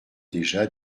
déjà